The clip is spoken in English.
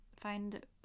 find